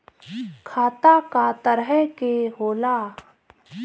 खाता क तरह के होला?